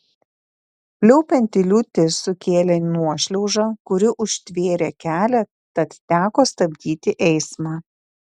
pliaupianti liūtis sukėlė nuošliaužą kuri užtvėrė kelią tad teko stabdyti eismą